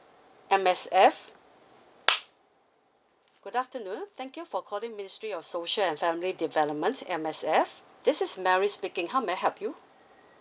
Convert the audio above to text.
M_S_F good afternoon thank you for calling ministry of social and family development M_S_F this is mary speaking how may I help you